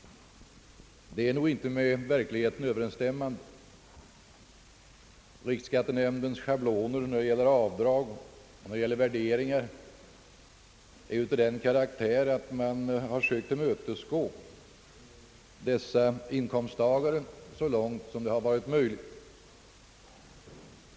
Det är nog inte helt med verkligheten överensstämmande, ty riksskattenämndens schabloner när det gäller avdrag och värderingar är av den karaktären, att man har sökt tillmötesgå dessa inkomsttagare så långt det har varit möjligt.